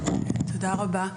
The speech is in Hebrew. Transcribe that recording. תודה רבה.